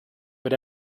but